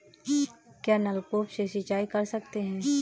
क्या नलकूप से सिंचाई कर सकते हैं?